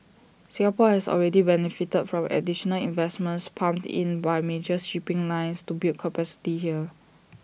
Singapore has already benefited from additional investments pumped in by major shipping lines to build capacity here